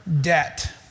debt